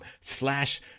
slash